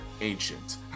ancient